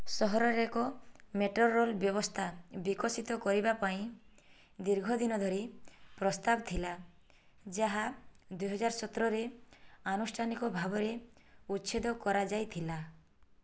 ସହରରେ ଏକ ମେଟ୍ରୋ ରେଳ ବ୍ୟବସ୍ଥା ବିକଶିତ କରିବା ପାଇଁ ଦୀର୍ଘ ଦିନ ଧରି ପ୍ରସ୍ତାବ ଥିଲା ଯାହା ଦୁଇହଜାର ସତରରେ ଆନୁଷ୍ଠାନିକ ଭାବରେ ଉଚ୍ଛେଦ କରାଯାଇଥିଲା